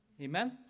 Amen